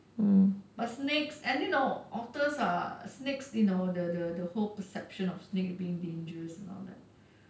but snakes and you know otters and snakes you know the the the whole perception of snakes being dangerous and all that